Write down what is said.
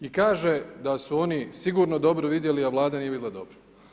I kaže, da su oni sigurno dobro vidjeli, a Vlada nije vidjela dobro.